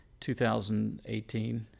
2018